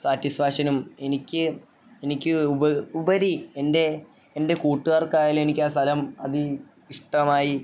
സാറ്റിസ്ഫാക്ഷനും എനിക്ക് എനിക്ക് ഉപരി എൻ്റെ എൻ്റെ കൂട്ടുകാർക്കായാലും എനിക്കാ സ്ഥലം അതി ഇഷ്ടമായി